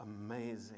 amazing